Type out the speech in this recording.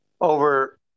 over